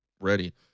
ready